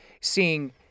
seeing